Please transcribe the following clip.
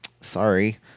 Sorry